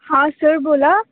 हां सर बोला